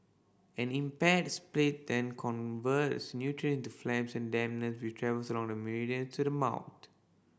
an impaired spleen then converts nutrient into phlegm and dampness which travel along the meridian to the mouth